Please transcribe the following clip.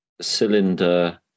cylinder